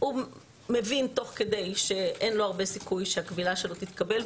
הוא מבין תוך כדי שאין לו הרבה סיכוי שהקבילה שלו תתקבל,